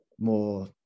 more